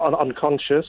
unconscious